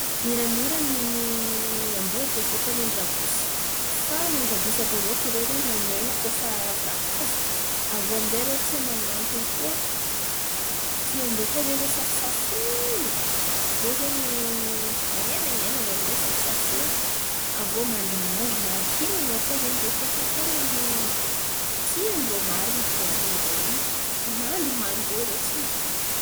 Miramira n̈in̈y amboa teo koa n̈in̈y rabosy fa n̈in̈y rabosy àby io ndraiky man̈ena kô fa ravoravo. Aviô amin'zay irô tia, man̈atono koa, tian-drô koa zen̈y safosafoen̈y irô zen̈y man̈enan̈ena avy amin'zay safosafoena avy eo mandrimandry ankilan̈ao koa zen̈y irô koa tian-drô marin̈y tômpon-drô in̈y. Mandrimandry eo irô tsy miala.